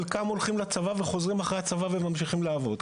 חלקם הולכים לצבא וחוזרים אחרי הצבא וממשיכים לעבוד.